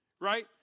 Right